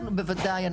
בוודאי.